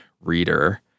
reader